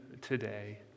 today